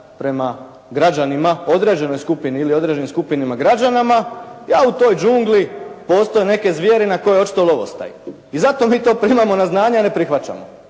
prema građanima, određenoj skupini ili određenim skupinama građana. Ja u toj đungli, postoje neke zvijeri na koje je očito lovostaj. I zato mi to primamo na znanje a ne prihvaćamo.